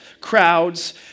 crowds